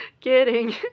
Kidding